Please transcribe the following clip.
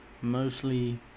mostly